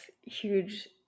huge